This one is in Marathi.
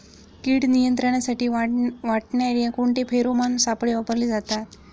कीड नियंत्रणासाठी वाटाण्यात कोणते फेरोमोन सापळे वापरले जातात?